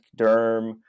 derm